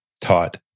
taught